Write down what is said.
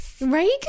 Right